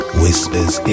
whispers